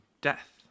death